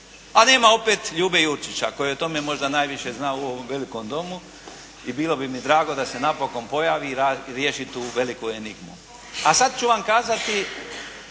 A nema opet Ljube Jurčića koji o tome možda najviše zna u ovom velikom domu i bilo bi mi drago da se napokon pojavi i riješi tu veliku enigmu. A sad ću vam kazati